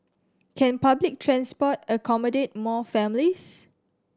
can public transport accommodate more families